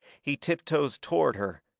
he tiptoes toward her,